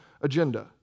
agenda